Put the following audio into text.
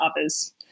others